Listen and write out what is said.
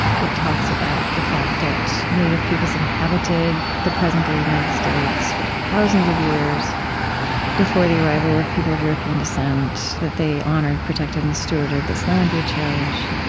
it talks about the fact that native peoples inhabited the present-day united states for thousands of years before the arrival of people of european descent. that they honored, protected, and stewarded this land we cherish.